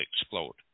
explode